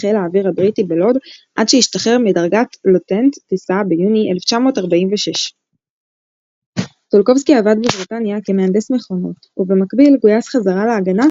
חיל האוויר הבריטי בלוד עד שהשתחרר בדרגת לוטננט טיסה ביוני 1946. טולקובסקי עבד בבריטניה כמהנדס מכונות ובמקביל גויס חזרה ל"הגנה",